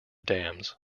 dams